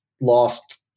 lost